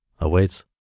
awaits